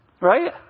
Right